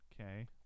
Okay